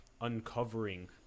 uncovering